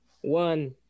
one